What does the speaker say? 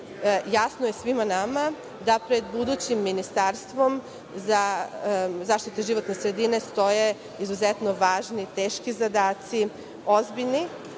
Jasno je svima nama da pred budućim ministarstvom zaštite životne sredine stoje izuzetno važni i teški zadaci, ozbiljni,